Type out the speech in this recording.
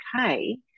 okay